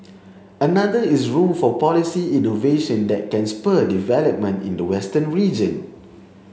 another is room for policy innovation that can spur development in the western region